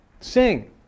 Sing